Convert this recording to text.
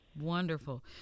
Wonderful